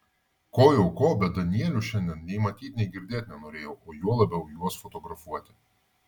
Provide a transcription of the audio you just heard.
ko jau ko bet danielių šiandien nei matyt nei girdėt nenorėjau o juo labiau juos fotografuoti